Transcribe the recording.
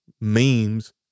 memes